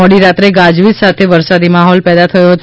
મોડી રાત્રે ગાજવીજ સાથે વરસાદી માહોલ પેદા થયો હતો